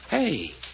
Hey